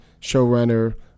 showrunner